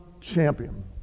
champion